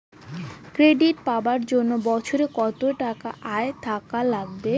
Credit পাবার জন্যে বছরে কত টাকা আয় থাকা লাগবে?